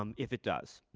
um if it does?